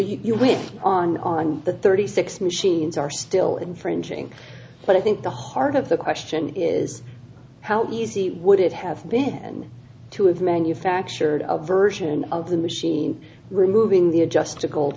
you went on on the thirty six machines are still infringing but i think the heart of the question is how easy would it have been to have manufactured a version of the machine removing the a just t